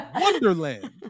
wonderland